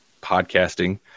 podcasting